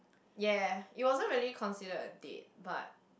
ya it wasn't really considered a date but